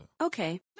Okay